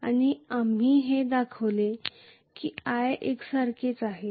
आणि आपण हे दाखवले की i एकसारखेच आहे i